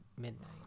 midnight